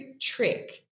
trick